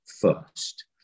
first